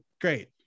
great